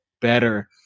better